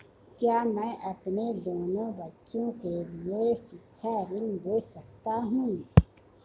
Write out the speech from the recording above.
क्या मैं अपने दोनों बच्चों के लिए शिक्षा ऋण ले सकता हूँ?